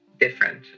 different